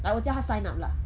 like 我叫他 sign up lah